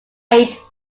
ate